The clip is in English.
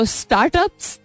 startups